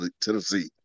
Tennessee